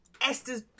Esther's